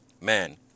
man